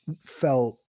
felt